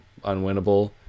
unwinnable